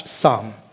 psalm